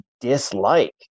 dislike